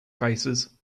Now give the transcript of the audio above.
faces